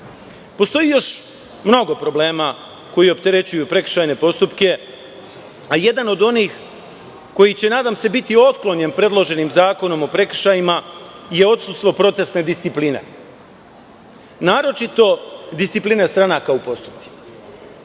još mnogo problema koji opterećuju prekršajne postupke, a jedan od onih koji će, nadam se, biti otklonjen predloženim zakonom o prekršajima, je odsustvo procesne discipline, naročito discipline stranaka u postupcima.